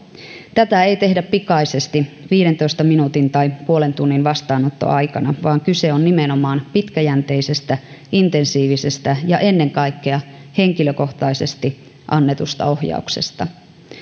tätä ei tehdä pikaisesti viidentoista minuutin tai puolen tunnin vastaanottoaikana vaan kyse on nimenomaan pitkäjänteisestä intensiivisestä ja ennen kaikkea henkilökohtaisesti annetusta ohjauksesta